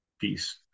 Peace